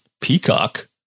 Peacock